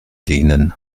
dienen